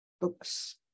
books